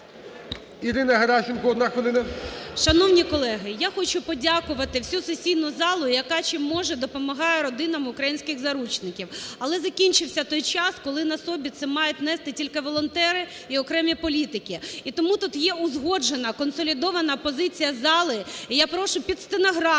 Ірина Геращенко, одна хвилина. 18:08:12 ГЕРАЩЕНКО І.В. Шановні колеги, я хочу подякувати всю сесійну залу, яка чим може, допомагає родинам українських заручників. Але закінчився той час, коли на собі це мають нести тільки волонтери і окремі політики. І тому тут є узгоджена, консолідована позиція зали, і я прошу під стенограму,